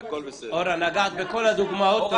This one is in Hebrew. אורה, נגעת בכל הדוגמאות.